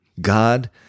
God